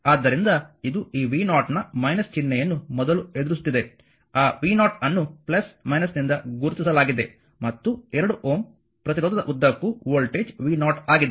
ಆದ್ದರಿಂದ ಇದು ಈ v0 ನ ಚಿಹ್ನೆಯನ್ನು ಮೊದಲು ಎದುರಿಸುತ್ತಿದೆ ಆ v0 ಅನ್ನು ನಿಂದ ಗುರುತಿಸಲಾಗಿದೆ ಮತ್ತು 2Ω ಪ್ರತಿರೋಧದ ಉದ್ದಕ್ಕೂ ವೋಲ್ಟೇಜ್ v0 ಆಗಿದೆ